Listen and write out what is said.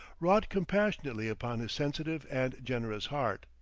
wrought compassionately upon his sensitive and generous heart.